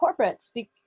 corporates